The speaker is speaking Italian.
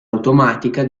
automatica